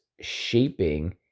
shaping